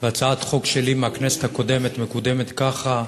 והצעת החוק שלי מהכנסת הקודמת מקודמת ככה,